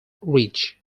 ridge